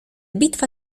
bitwa